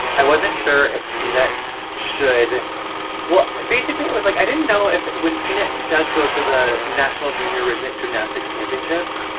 i wasn't sure if peanut should well, basically, it was like i didn't know if when peanut does go to the national junior rhythmic gymnastics championships,